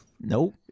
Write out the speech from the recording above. nope